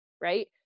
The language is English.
right